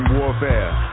warfare